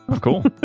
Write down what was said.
Cool